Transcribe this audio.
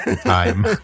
time